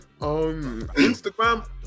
Instagram